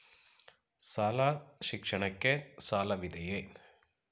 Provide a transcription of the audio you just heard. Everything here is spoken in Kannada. ಶಾಲಾ ಶಿಕ್ಷಣಕ್ಕೆ ಸಾಲವಿದೆಯೇ?